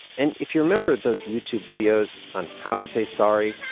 and if you remember those youtube videos on how to say sorry.